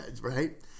Right